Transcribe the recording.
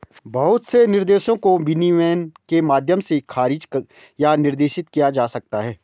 बहुत से निर्देशों को विनियमन के माध्यम से खारिज या निर्देशित किया जा सकता है